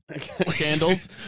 Candles